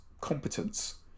competence